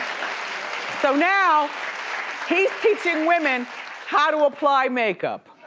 so now he's teaching women how to apply makeup.